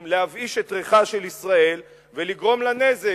להבאיש את ריחה של ישראל ולגרום לה נזק,